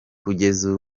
kugeza